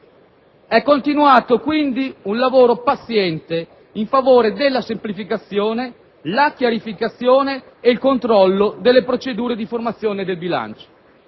È continuato quindi un lavoro paziente in favore della semplificazione, la chiarificazione e il controllo delle procedure di formazione del bilancio.